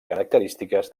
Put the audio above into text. característiques